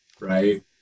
Right